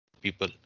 people